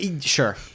Sure